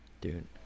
dude